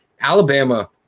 Alabama